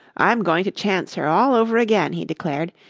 i'm going to chance her all over again, he declared.